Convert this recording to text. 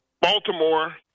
Baltimore